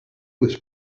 was